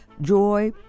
joy